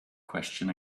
question